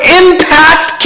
impact